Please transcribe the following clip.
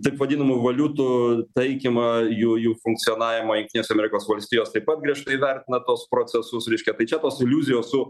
taip vadinamų valiutų taikymą jų jų funkcionavimą amerikos valstijos taip pat griežtai vertina tuos procesus reiškia tai čia tos iliuzijos su